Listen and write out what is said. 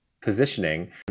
positioning